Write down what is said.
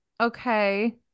Okay